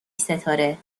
ستاره